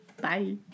Bye